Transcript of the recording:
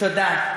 תודה.